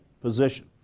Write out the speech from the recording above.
position